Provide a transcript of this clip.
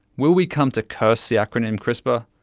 will we come to curse the acronym crispr?